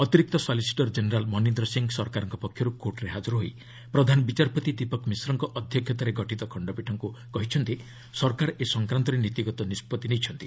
ଅତିରିକ୍ତ solicitor general Manindra Singh ସରକାରଙ୍କ ପକ୍ଷରୁ କୋର୍ଟରେ ହାଜର ହୋଇ ପ୍ରଧାନ ବିଚାରପତି ଦୀପକ୍ ମିଶ୍ରଙ୍କ ଅଧ୍ୟକ୍ଷତାରେ ଗଠିତ ଖଣ୍ଡପୀଠଙ୍କୁ କହିଛନ୍ତି ସରକାର ଏ ସଂକ୍ରାନ୍ତରେ ନୀତିଗତ ନିଷ୍ପଭି ନେଇଛନ୍ତି